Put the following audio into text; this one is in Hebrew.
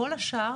כל השאר,